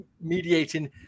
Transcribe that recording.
mediating